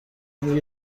اون